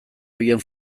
horien